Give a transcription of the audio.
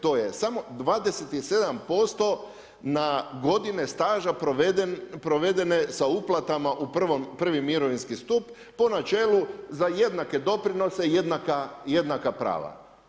To je samo 27% na godine staža provedene sa uplatama u prvi mirovinski stup po načelu za jednake doprinose i jednaka prava.